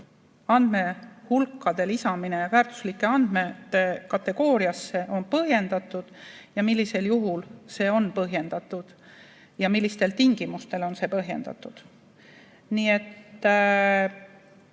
andmehulkade lisamine väärtuslike andmete kategooriasse on põhjendatud, millisel juhul see on põhjendatud ja millistel tingimustel see on põhjendatud. Mina